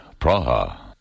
Praha